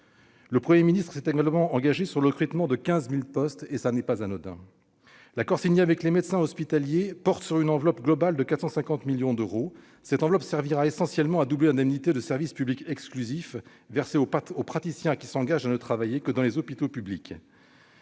Le Premier ministre s'est également engagé sur le recrutement de 15 000 postes, ce qui n'est pas anodin. L'accord signé avec les médecins hospitaliers porte sur une enveloppe globale de 450 millions d'euros. Cette enveloppe servira essentiellement à doubler l'indemnité de « service public exclusif » versée aux praticiens qui s'engagent à ne travailler que dans les hôpitaux publics.